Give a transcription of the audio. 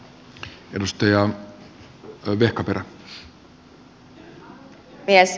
arvoisa puhemies